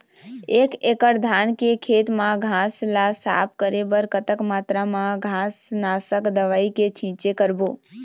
एक एकड़ धान के खेत मा घास ला साफ करे बर कतक मात्रा मा घास नासक दवई के छींचे करबो?